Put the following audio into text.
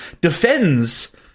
defends